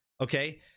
okay